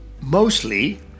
mostly